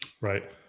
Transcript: right